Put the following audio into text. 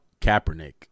Kaepernick